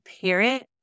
parent